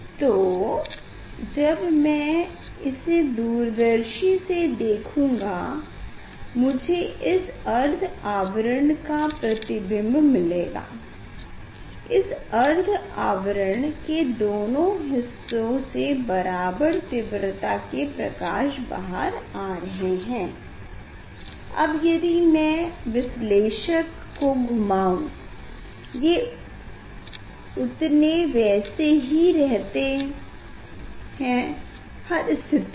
तो जब मैं इसे दूरदर्शी से देखूँगा मुझे इस अर्ध आवरण का प्रतिबम्ब मिलेगा इस अर्द्ध आवरण के दोनों हिस्सों से बराबर तीव्रता के प्रकाश बाहर आ रहे हैं अब यदि मैं विश्लेषक को घुमाऊ ये उतने वैसे ही रहते हैं हर स्थिति में